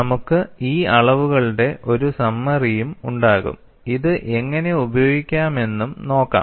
നമുക്ക് ഈ അളവുകളുടെ ഒരു സമ്മറിയും ഉണ്ടാകും ഇത് എങ്ങനെ ഉപയോഗിക്കാമെന്നും നോക്കാം